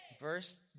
Verse